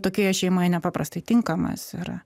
tokioje šeimoje nepaprastai tinkamas yra